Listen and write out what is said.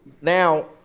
Now